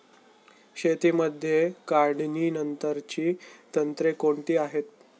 शेतीमध्ये काढणीनंतरची तंत्रे कोणती आहेत?